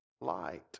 light